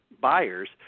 buyers